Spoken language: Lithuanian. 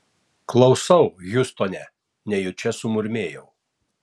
klausau hiūstone nejučia sumurmėjau